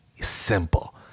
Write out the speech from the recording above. simple